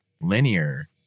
linear